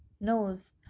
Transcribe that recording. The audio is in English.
knows